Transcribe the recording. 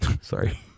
Sorry